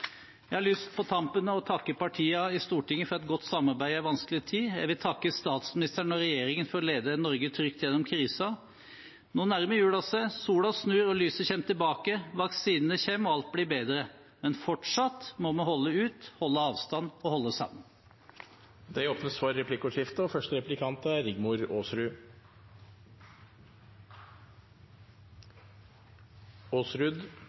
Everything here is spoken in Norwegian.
Jeg har lyst til på tampen å takke partiene i Stortinget for et godt samarbeid i en vanskelig tid. Jeg vil takke statsministeren og regjeringen for å lede Norge trygt gjennom krisen. Nå nærmer jula seg, sola snur, og lyset kommer tilbake, vaksinene kommer, og alt blir bedre. Men fortsatt må vi holde ut, holde avstand og holde sammen! Det blir replikkordskifte.